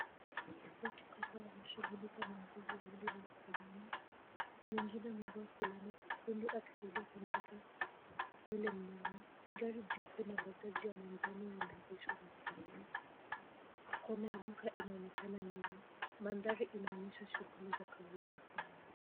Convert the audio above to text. Watu kadhaa wanashughulika na mbuzi walio barabarani wengine amevaa fulana nyekundu akisaidia kumvuta yule mnyama. Gari jeupe na bajaji ya manjano yameegeshwa barabarani. Kona ya duka inaonekana nyuma. Mandhari inaonyesha shughuli za kawaida mtaani.